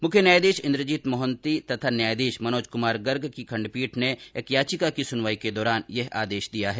मुख्य न्यायाधीश इंद्रजीत महांति तथा न्यायाधीश मनोज कुमार गर्ग की खंडपीठ ने एक याचिका की सुनवाई के दौरान यह आदेश दिया है